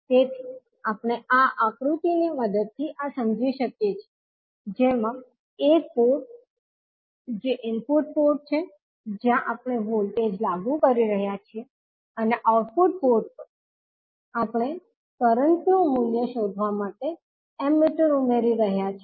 તેથી આપણે આ આકૃતિ ની મદદથી આ સમજી શકીએ છીએ જેમાં એક પોર્ટ જે ઇનપુટ પોર્ટ છે જ્યા આપણે વોલ્ટેજ લાગુ કરી રહ્યા છીએ અને આઉટપુટ પોર્ટ પર આપણે કરંટનું મૂલ્ય શોધવા માટે એમીટર ઉમેરી રહ્યા છીએ